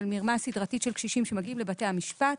של מרמה סדרתית של קשישים שמגיעים לבתי המשפט,